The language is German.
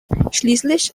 schließlich